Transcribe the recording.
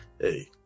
hey